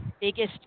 biggest